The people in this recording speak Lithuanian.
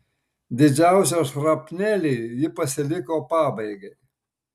didžiausią šrapnelį ji pasiliko pabaigai